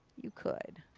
you could.